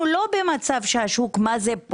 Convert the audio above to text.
אנחנו לא במצב בו השוק פורח.